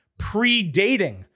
predating